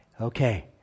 Okay